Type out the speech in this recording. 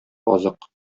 азык